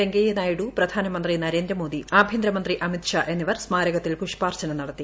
വെങ്കയ്യനായിഡു പ്രധാനമന്ത്രി നരേന്ദ്രമോദി ആഭൃന്തര മന്ത്രി അമിത് ഷാ എന്നിവർ സ്മാരകത്തിൽ പുഷ്പാർച്ചുന നടത്തി